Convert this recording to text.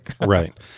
right